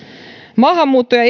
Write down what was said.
maahanmuutto ja